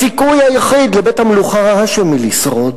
הסיכוי היחיד לבית-המלוכה ההאשמי לשרוד